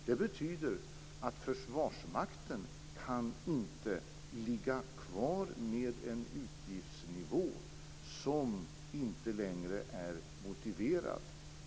Det betyder att Försvarsmakten inte kan ligga kvar på en utgiftsnivå som inte längre är motiverad.